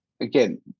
again